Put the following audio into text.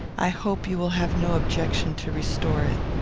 i hope you will have no objection to restore it.